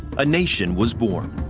a nation was born.